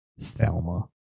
Thelma